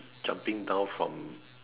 jumping down from